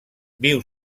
viu